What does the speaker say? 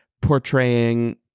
portraying